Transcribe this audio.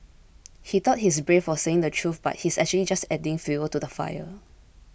he thought he's brave for saying the truth but he's actually just adding fuel to the fire